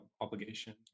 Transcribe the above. obligation